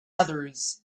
others